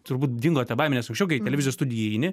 turbūt dingo ta baimė nes anksčiau kai į televizijos studiją įeini